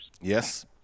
Yes